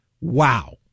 Wow